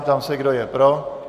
Ptám se, kdo je pro.